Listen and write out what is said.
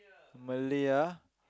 Malay ah